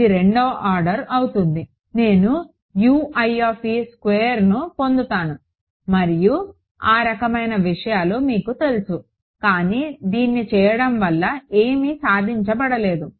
ఇది రెండవ ఆర్డర్ అవుతుంది నేను స్క్వేర్డ్ను పొందుతాను మరియు ఆ రకమైన విషయాలు మీకు తెలుసు కానీ దీన్ని చేయడం వల్ల ఏమీ సాధించబడలేదు